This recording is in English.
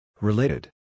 Related